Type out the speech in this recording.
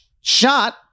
shot